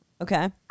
Okay